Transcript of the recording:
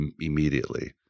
immediately